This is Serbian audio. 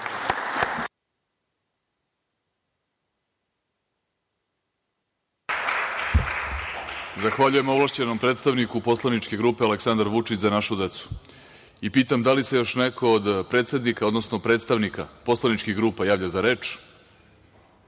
Zahvaljujem ovlašćenom predstavniku poslaničke grupe Aleksandar Vučić – za našu decu. Pitam da li se još neko od predsednika, odnosno predstavnika poslaničkih grupa javlja za reč? Želi